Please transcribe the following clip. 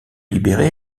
libérée